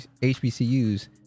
HBCUs